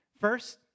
First